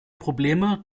probleme